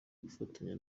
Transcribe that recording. gufatanya